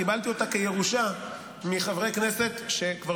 קיבלתי אותה כירושה מחברי כנסת שכבר